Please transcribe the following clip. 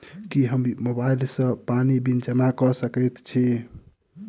की हम मोबाइल सँ पानि बिल जमा कऽ सकैत छी?